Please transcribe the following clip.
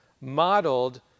modeled